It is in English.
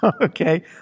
okay